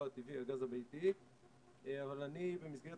לא הטבעי, הגז הביתי, אבל אני במסגרת